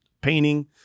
painting